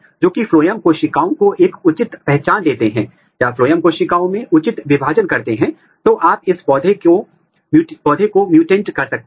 और आप यहां स्पष्ट रूप से देख सकते हैं कि इसके साथ सीटू पद्धति में हम बता सकते हैं कि एमएडीएस 2 की अभिव्यक्ति असमान है